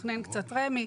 מתכנן קצת רמ"י,